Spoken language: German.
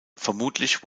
vermutlich